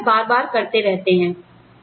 और आप वह बार बार करते रहते हैं